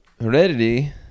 Heredity